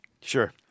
Sure